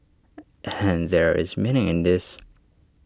and there is meaning in this